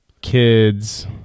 kids